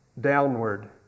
downward